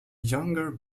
younger